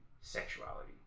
sexuality